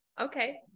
Okay